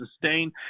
sustain